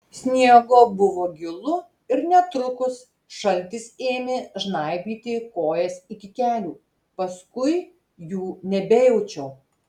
sniego buvo gilu ir netrukus šaltis ėmė žnaibyti kojas iki kelių paskui jų nebejaučiau